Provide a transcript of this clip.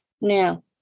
Now